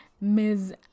Ms